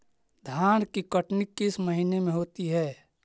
धान की कटनी किस महीने में होती है?